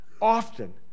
often